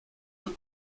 eux